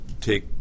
take